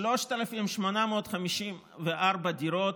3,854 דירות